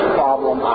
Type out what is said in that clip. problem